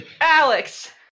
Alex